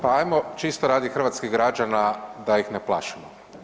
Pa ajmo čisto radi hrvatskih građana da ih ne plašimo.